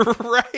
Right